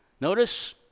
Notice